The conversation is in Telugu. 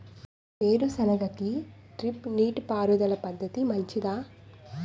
వేరుసెనగ కి డ్రిప్ నీటిపారుదల పద్ధతి మంచిదా?